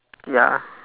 ya